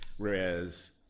whereas